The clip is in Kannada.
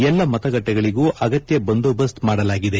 ಎಲ್ಲಾ ಮತ ಗಟ್ಟೆಗಳಗೂ ಅಗತ್ಯ ಬಂದೋಬಸ್ತ್ ಮಾಡಲಾಗಿದೆ